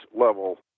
level